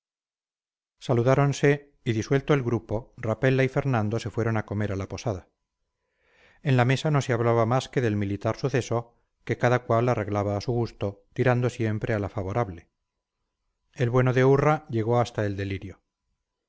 saludáronse y disuelto el grupo rapella y fernando se fueron a comer a la posada en la mesa no se hablaba más que del militar suceso que cada cual arreglaba a su gusto tirando siempre a la favorable el bueno de urra llegó hasta el delirio